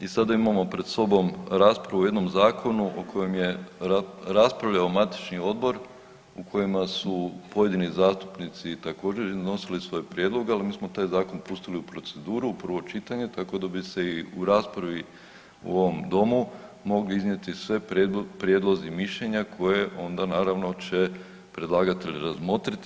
I sada imamo pred sobom raspravu o jednom zakonu o kojem je raspravljao matični odbor u kojima su pojedini zastupnici također iznosili svoje prijedloge, ali mi smo taj zakon pustili u proceduru u prvo čitanje, tako da bi se i u raspravi u ovom Domu mogli iznijeti svi prijedlozi i mišljenja koja onda naravno će predlagatelj razmotriti.